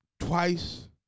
Twice